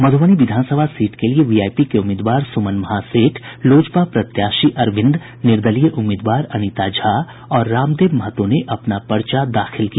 मधुबनी विधानसभा सीट के लिये वीआईपी के उम्मीदवार सुमन महासेठ लोजपा प्रत्याशी अरविंद निर्दलीय उम्मीदवार अनीता झा और रामदेव महतो ने अपना पर्चा दाखिल किया